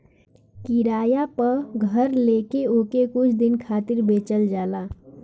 किराया पअ घर लेके ओके कुछ दिन खातिर बेचल जाला